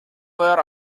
where